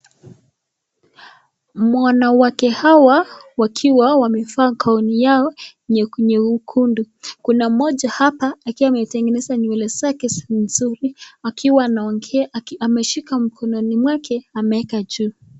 Wanawake hawa wakiwa wamevaa gaoni yao nyekundu, kuna mmoja hapa akiwa ametengeneza nywele zake nzuri, akiwa anaongea ameshika mkononi mwake, ameeka juu.